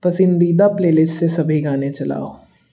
पसंदीदा प्लेलिस्ट से सभी गाने चलाओ